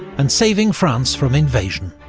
and saving france from invasion.